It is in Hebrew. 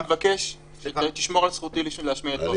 אני מבקש שתשמור על זכותי להשמיע את דבריי.